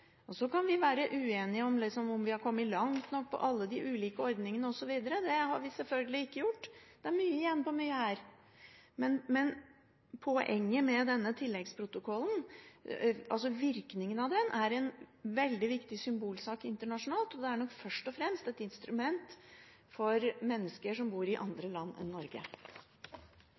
Norge. Så kan vi være uenige om vi har kommet langt nok med alle de ulike ordningene, osv. Det har vi selvfølgelig ikke gjort. Det er mye igjen på mye her. Men poenget er at denne tilleggsprotokollen – og virkningen av den – er en veldig viktig symbolsak internasjonalt, og den er nok først og fremst et instrument for mennesker som bor i andre land enn Norge.